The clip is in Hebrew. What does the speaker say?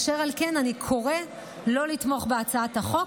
אשר על כן, אני קוראת לא לתמוך בהצעת החוק.